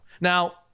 Now